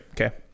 Okay